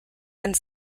and